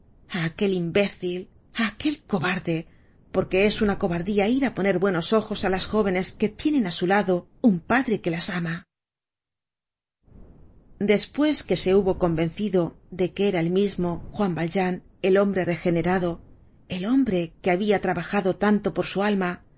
aquel imbécil áaquel cobarde porque es una cobardía ir á poner buenos ojos á las jóvenes que tienen á su lado un padre que las ama despues que se hubo convencido de que era el mismo juan valjean el hombre regenerado el hombre que habia trabajado tanto por su alma